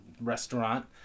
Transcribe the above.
restaurant